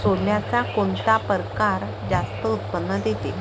सोल्याचा कोनता परकार जास्त उत्पन्न देते?